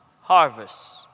harvest